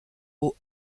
aux